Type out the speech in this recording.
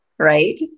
Right